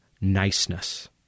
niceness